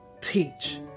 teach